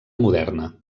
moderna